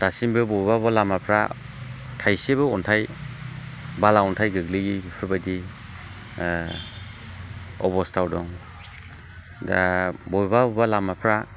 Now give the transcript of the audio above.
दासिमबो बबेबा बबेबा लामाफ्रा थायसेबो अन्थाइ बाला अन्थाइ गोग्लैयि बेफोरबादि अबस्थायाव दं दा बबेबा बबेबा लामाफ्रा